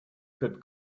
could